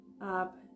up